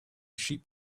sheep